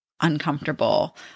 uncomfortable